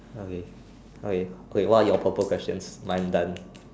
okay okay okay what are your purple questions mine done